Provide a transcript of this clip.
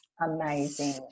Amazing